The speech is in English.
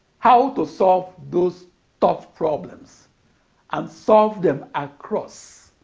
how to solve those tough problems and solve them across